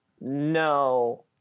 no